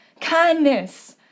Kindness